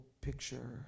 picture